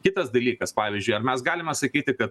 kitas dalykas pavyzdžiui ar mes galime sakyti kad